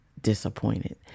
disappointed